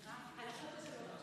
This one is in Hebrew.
אין שר, אני אעצור את הזמן.